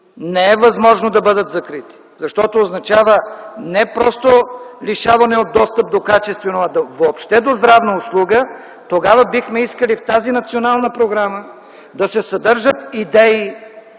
не е възможно да бъдат закрити, защото означава не просто лишаване от достъп до качествена, а въобще до здравна услуга, тогава бихме искали в тази Национална програма да се съдържат идеи